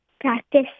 practice